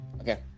Okay